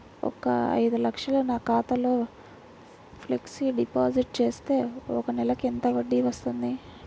ఒక ఐదు లక్షలు నా ఖాతాలో ఫ్లెక్సీ డిపాజిట్ చేస్తే ఒక నెలకి ఎంత వడ్డీ వర్తిస్తుంది?